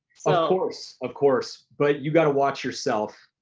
so of course, of course, but you gotta watch yourself.